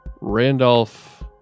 Randolph